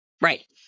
Right